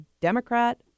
Democrat